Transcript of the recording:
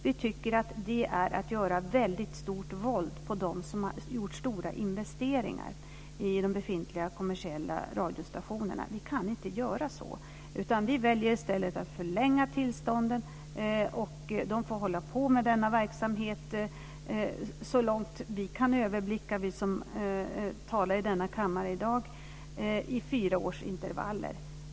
Vi tycker att det är att göra stort våld på dem som har gjort stora investeringar i de befintliga kommersiella radiostationerna. Vi kan inte göra så. Vi väljer i stället att förlänga tillstånden. De får hålla på med denna verksamhet så långt vi som talar i denna kammare i dag kan överblicka, i fyraårsintervaller.